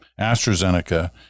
AstraZeneca